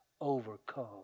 overcome